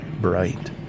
bright